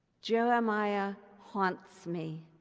jeremiah haunts me.